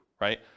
right